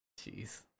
Jeez